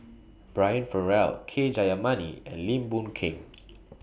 Brian Farrell K Jayamani and Lim Boon Keng